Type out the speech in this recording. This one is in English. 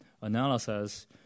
analysis